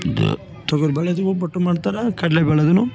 ಇದು ತೊಗರಿ ಬ್ಯಾಳೇದು ಒಬ್ಬಟ್ಟು ಮಾಡ್ತಾರೆ ಕಡ್ಲೆ ಬ್ಯಾಳೇದುನು